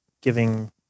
giving